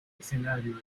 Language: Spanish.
escenario